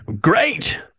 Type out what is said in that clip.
great